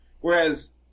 Whereas